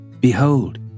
Behold